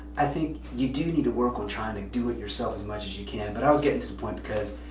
i think you do need to work on trying to do it yourself as much as you can. but i was getting to the point because.